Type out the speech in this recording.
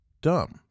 dumb